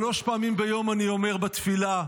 שלוש פעמים ביום אני אומר בתפילה: